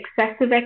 excessive